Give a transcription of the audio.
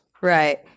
Right